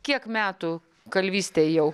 kiek metų kalvystėj jau